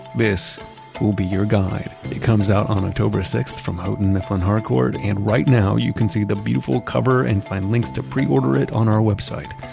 this will be your guide. it comes out on october sixth from houghton mifflin harcourt. and right now, you can see the beautiful cover and find links to pre-order it on our website.